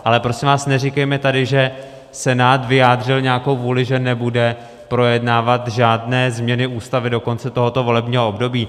Ale prosím vás, neříkejme tady, že Senát vyjádřil nějakou vůli, že nebude projednávat žádné změny Ústavy do konce tohoto volebního období.